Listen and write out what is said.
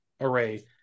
array